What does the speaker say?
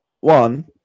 One